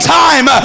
time